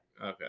Okay